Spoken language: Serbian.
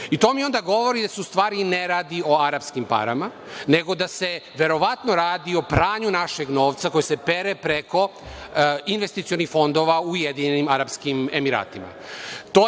To mi onda govori da se u stvari ne radi o arapskim parama, nego da se verovatno radi o pranju našeg novca koji se pere preko investicionih fondova u Ujedinjenim Arapskim Emiratima.